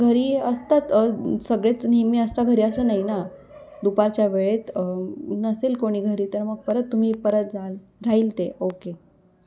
घरी असतात सगळेच नेहमी असता घरी असं नाही ना दुपारच्या वेळेत नसेल कोणी घरी तर मग परत तुम्ही परत जाल राहील ते ओके